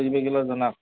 জানা